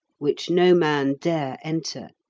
which no man dare enter,